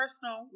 personal